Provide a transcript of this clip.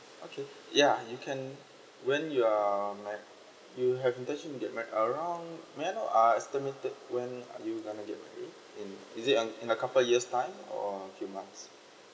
okay yeah you can when you are like you have intention to get mar~ around may I know uh estimated when you gonna get married in is it in a couple years time or few months